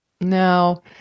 Now